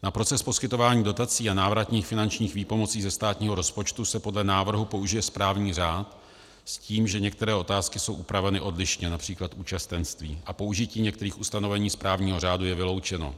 Na proces poskytování dotací a návratných finančních výpomocí ze státního rozpočtu se podle návrhu použije správní řád s tím, že některé otázky jsou upraveny odlišně, například účastenství, a použití některých ustanovení správního řádu je vyloučeno.